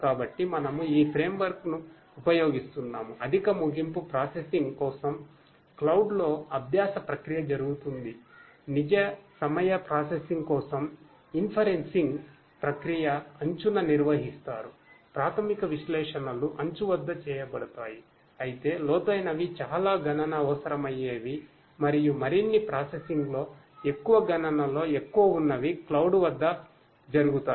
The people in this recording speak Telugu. కాబట్టి ఎడ్జ్ వద్ద జరుగుతాఇ